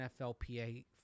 NFLPA